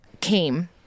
came